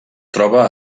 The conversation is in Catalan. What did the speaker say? troba